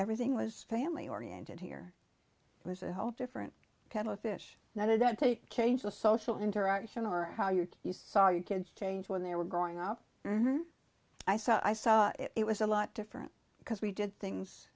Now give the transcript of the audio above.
everything was family oriented here it was a whole different kettle of fish that it had to change the social interaction or how your you saw your kids change when they were growing up i saw i saw it was a lot different because we did things